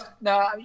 no